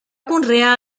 conrear